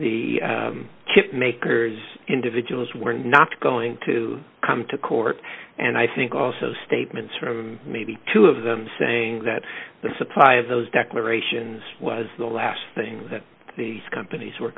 chip makers individuals were not going to come to court and i think also statements from maybe two of them saying that the supply of those declarations was the last thing that these companies were